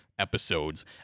episodes